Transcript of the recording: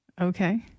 Okay